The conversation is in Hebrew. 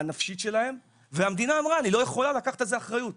הנפשית שלהם והמדינה אמרה אני לא יכולה לקחת על זה אחריות.